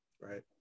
Right